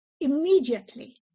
immediately